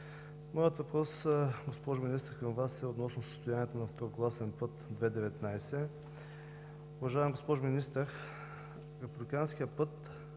Моят въпрос, госпожо Министър, към Вас е относно състоянието на второкласен път II-19. Уважаема госпожо Министър, републиканският път